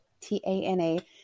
T-A-N-A